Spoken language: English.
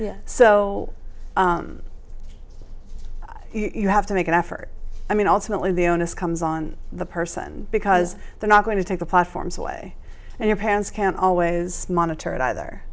so you have to make an effort i mean ultimately the onus comes on the person because they're not going to take the platforms away and your parents can always monitor it either